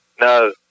No